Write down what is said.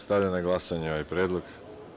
Stavljam na glasanje ovaj predlog.